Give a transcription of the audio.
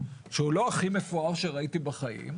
שהוא לא הכי מפואר שראיתי בחיי,